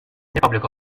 republic